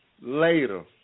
later